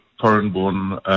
foreign-born